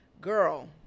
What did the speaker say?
girl